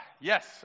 Yes